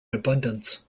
abundance